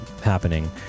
happening